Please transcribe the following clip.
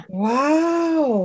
wow